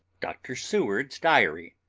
dr. seward's diary.